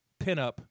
pinup